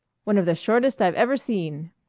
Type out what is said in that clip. one of the shortest i've ever seen.